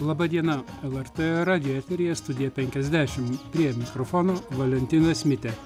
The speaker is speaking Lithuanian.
laba diena lrt radijo eteryje studija penkiasdešim prie mikrofono valentinas mitė